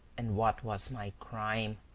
and what was my crime?